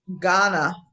Ghana